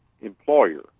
employer